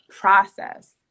process